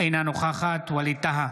אינה נוכחת ווליד טאהא,